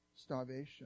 starvation